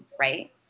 right